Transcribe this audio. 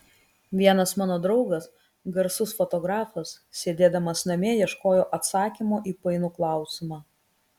vienas mano draugas garsus fotografas sėdėdamas namie ieškojo atsakymo į painų klausimą